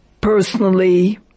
personally